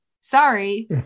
Sorry